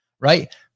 Right